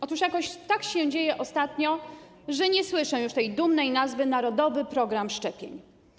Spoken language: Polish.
Otóż jakoś tak się dzieje ostatnio, że nie słyszę już tej dumnej nazwy narodowy program szczepień.